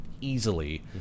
easily